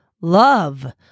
Love